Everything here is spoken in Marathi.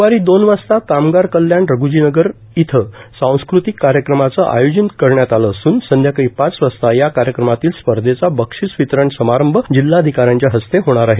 दुपारी दोन वाजता कामगार कल्याण रघ्जी नगर येथे सांस्कृतिक कार्यक्रमाचे आयोजन करण्यात आले असुन संध्याकाळी पाच वाजता या कार्यक्रमातील स्पर्धेचा बक्षीस वितरण समारंभ जिल्हाधिका यांच्या हस्ते होणार आहे